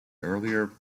earlier